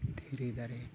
ᱫᱷᱤᱨᱤ ᱫᱟᱨᱮ